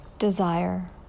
desire